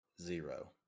Zero